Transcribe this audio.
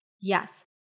Yes